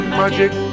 magic